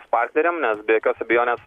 partneriam nes be jokios abejonės